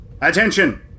Attention